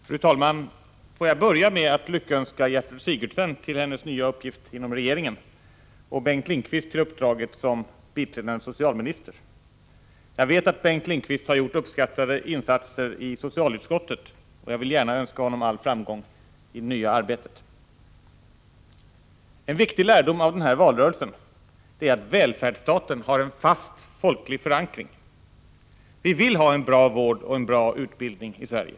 Fru talman! Får jag börja med att lyckönska Gertrud Sigurdsen till hennes ya uppgift inom regeringen och Bengt Lindqvist till uppdraget som iträdande socialminister. Jag vet att Bengt Lindqvist har gjort uppskattade insatser i socialutskottet, och jag vill gärna önska honom all framgång i det ya arbetet. En viktig lärdom av den här valrörelsen är att välfärdsstaten har en fast olklig förankring. Vi vill ha en bra vård och en bra utbildning i Sverige.